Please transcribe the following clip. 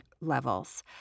levels